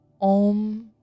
om